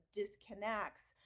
disconnects